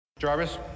Jarvis